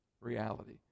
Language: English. reality